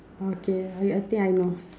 okay I I think I know